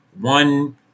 one